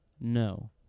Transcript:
No